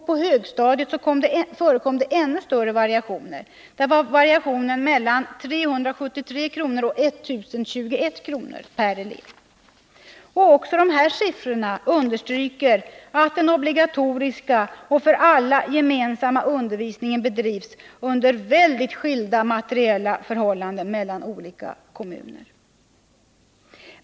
På högstadiet förekom det ännu större variationer. Där fanns variationer mellan 373 och 1021 kr. per elev. Också de här siffrorna understryker att den obligatoriska och för alla gemensamma undervisningen bedrivs under förhållanden som materiellt sett skiljer sig mycket mellan olika kommuner.